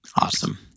Awesome